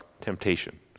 temptation